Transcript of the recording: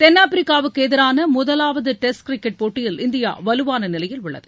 தென்னாப்பிரிக்காவுக்கு எதிரான முதலாவது டெஸ்ட் கிரிக்கெட் போட்டியில் இந்தியா வலுவான நிலையில் உள்ளது